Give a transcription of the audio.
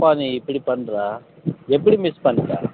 என்னப்பா நீ இப்படி பண்ணுற எப்படி மிஸ் பண்ணிட்ட